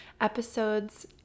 episode's